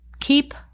keep